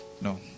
No